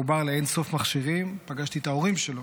מחובר לאין-סוף מכשירים, פגשתי את ההורים שלו